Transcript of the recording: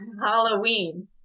Halloween